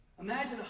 Imagine